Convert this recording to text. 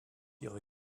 ihrer